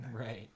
Right